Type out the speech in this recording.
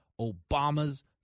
Obama's